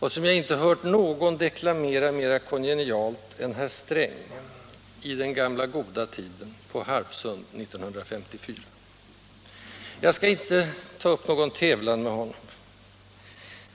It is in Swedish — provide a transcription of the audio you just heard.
och som jag inte hört någon deklamera mera kongenialt än herr Sträng, i den gamla goda tiden, på Harpsund 1954. Jag skall inte ta upp någon tävlan med honom.